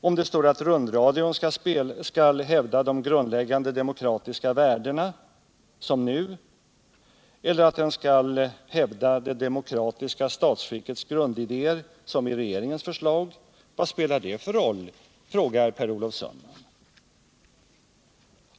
Om det står att rundradion skall ”hävda de grundläggande demokratiska värdena”, som nu, eller att den skall ”hävda det demokratiska statsskickets grundidéer”, som i regeringens förslag, vad spelar det för roll? frågar Per Olof Sundman.